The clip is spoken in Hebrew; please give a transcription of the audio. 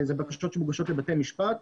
זה בקשות שמוגשות לבתי המשפט.